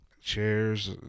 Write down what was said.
chairs